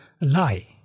lie